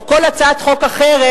או כל הצעת חוק אחרת,